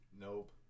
Nope